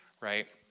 Right